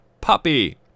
Puppy